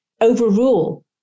overrule